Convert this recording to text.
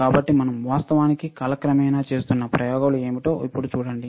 కాబట్టి మనం వాస్తవానికి కాలక్రమేణా చేస్తున్న ప్రయోగాలు ఏమిటో ఇప్పుడు చూడండి